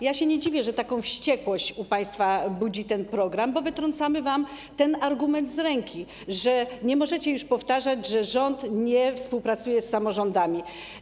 Ja się nie dziwię, że taką wściekłość u państwa budzi ten program, bo wytrącamy wam ten argument z ręki - nie możecie już powtarzać, że rząd nie współpracuje z samorządami.